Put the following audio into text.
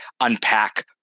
unpack